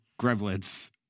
Gremlins